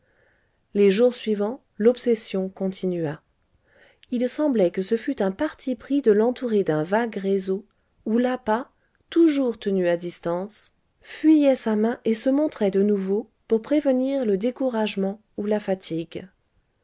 les jours suivants l'obsession continua il semblait que ce fût un parti pris de l'entourer d'un vague réseau où l'appât toujours tenu à distance fuyait sa main et se montrait de nouveau pour prévenir le découragement ou la fatigue